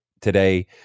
today